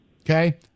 okay